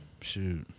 Shoot